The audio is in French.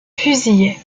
fusillés